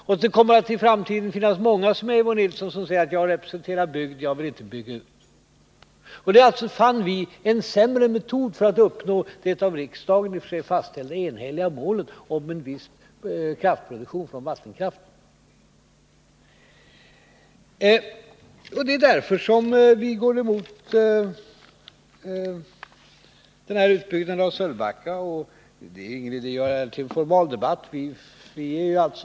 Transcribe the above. Och det kommer att i framtiden finnas många som Eivor Nilson som säger: Jag representerar bygd, jag vill inte bygga ut. Det fann vi vara en sämre metod för att uppnå det av riksdagen fastställda enhälliga målet om en viss kraftproduktion från vattenkraft. Det är därför som vi går emot den här utbyggnaden av Sölvbackaströmmarna. Det är ingen idé att göra denna debatt till en formaldebatt.